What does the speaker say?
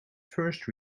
first